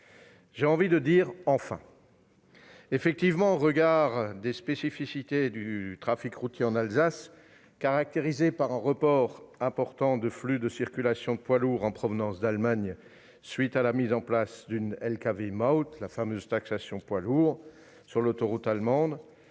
j'ai envie de dire : enfin ! Effectivement, au regard des spécificités du trafic routier en Alsace, caractérisé par un report important de flux de circulation de poids lourds en provenance d'Allemagne à la suite de la mise en place d'une- la fameuse taxation des poids lourds -sur l'autoroute allemande,